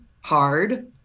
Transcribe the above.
hard